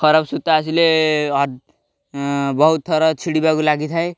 ଖରାପ ସୂତା ଆସିଲେ ବହୁତ ଥର ଛିଡ଼ିବାକୁ ଲାଗିଥାଏ